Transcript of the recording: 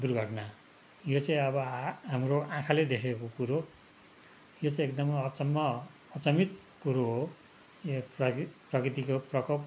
दुर्घटना यो चाहिँ अब आ हाम्रो आँखाले देखेको कुरो यो चाहिँ एकदमै अचम्म अचम्मित कुरो हो यो प्रा प्रकृतिको प्रकोप